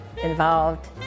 involved